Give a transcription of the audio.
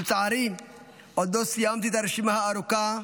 ולצערי עוד לא סיימתי את הרשימה הארוכה,